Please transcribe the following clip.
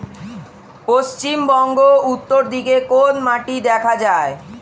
পশ্চিমবঙ্গ উত্তর দিকে কোন মাটি দেখা যায়?